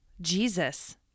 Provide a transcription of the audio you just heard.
Jesus